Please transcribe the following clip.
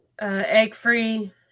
egg-free